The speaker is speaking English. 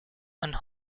and